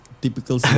typical